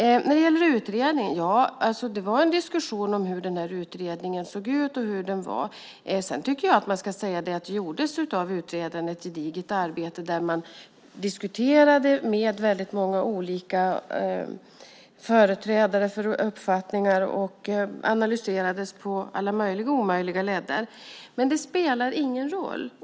Det fördes en diskussion om hur den här utredningen såg ut. Sedan tycker jag att man ska säga att det gjordes ett gediget arbete av utredaren. Man diskuterade med väldigt många företrädare för olika uppfattningar och analyserade på alla möjliga och omöjliga ledder. Men det spelar ingen roll.